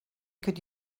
could